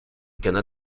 khanat